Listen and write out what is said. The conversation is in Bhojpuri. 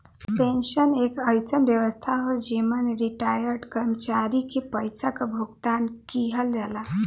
पेंशन एक अइसन व्यवस्था हौ जेमन रिटार्यड कर्मचारी के पइसा क भुगतान किहल जाला